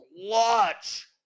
clutch